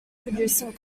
producing